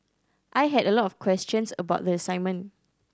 I had a lot of questions about the assignment